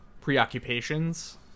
preoccupations